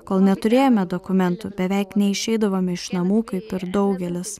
kol neturėjome dokumentų beveik neišeidavome iš namų kaip ir daugelis